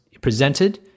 presented